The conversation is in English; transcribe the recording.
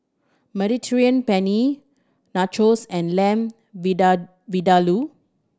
Mediterranean Penne Nachos and Lamb Vindaloo